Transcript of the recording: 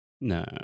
No